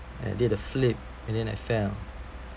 and I did a flip and then I fell